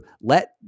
let